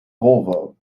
volvo